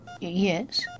Yes